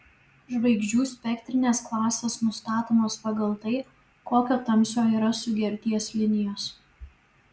žvaigždžių spektrinės klasės nustatomos pagal tai kokio tamsio yra sugerties linijos